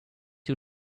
two